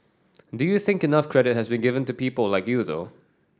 do you think enough credit has been given to people like you though